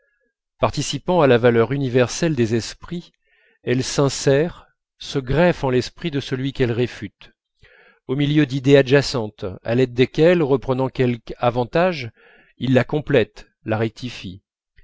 participant à la valeur universelle des esprits elle s'insère se greffe en l'esprit de celui qu'elle réfute au milieu d'idées adjacentes à l'aide desquelles reprenant quelque avantage il la complète la rectifie